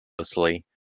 mostly